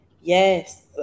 yes